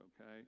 okay